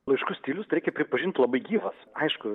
laiškų stilius tai reikia pripažint labai gyvas aišku